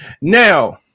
now